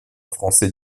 français